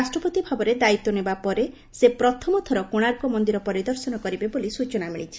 ରାଷ୍ଟ୍ରପତି ଭାବରେ ଦାୟିତ୍ୱ ନେବାପରେ ସେ ପ୍ରଥମ ଥର କୋଶାର୍କ ମନ୍ଦିର ପରିଦର୍ଶନ କରିବେ ବୋଲି ସୂଚନା ମିଳିଛି